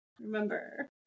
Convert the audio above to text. Remember